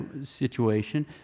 situation